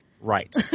right